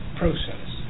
process